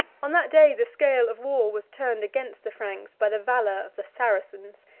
on that day the scale of war was turned against the franks by the valor of the saracens.